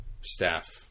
staff